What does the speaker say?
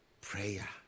prayer